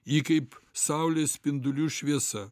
ji kaip saulės spindulių šviesa